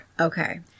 Okay